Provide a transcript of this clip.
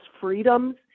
freedoms